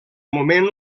moment